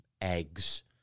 eggs